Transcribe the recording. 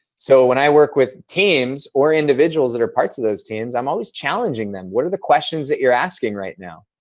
so, when i work with teams, or individuals that are parts of those team, i'm always challenging them. what are the questions that you're asking right now?